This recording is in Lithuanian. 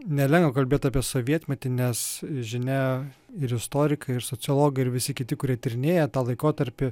nelengva kalbėt apie sovietmetį nes žinia ir istorikai ir sociologai ir visi kiti kurie tyrinėja tą laikotarpį